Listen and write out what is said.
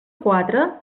quatre